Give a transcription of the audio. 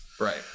Right